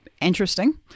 interesting